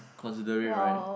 considerate right